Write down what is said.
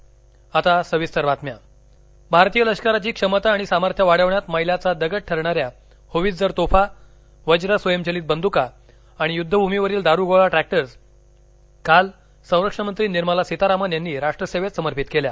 निर्मला सितारामन भारतीय लष्कराची क्षमता आणि सामर्थ्य वाढवण्यात मैलाचा दगड ठरणाऱ्या होवित्झर तोफा वज्र स्वयंचलित बंद्का आणि युद्धभूमीवरील दारुगोळा ट्रॅक्टर्स काल संरक्षण मंत्री निर्मला सितारामन यांनी राष्ट्र सेवेत समर्पित केल्या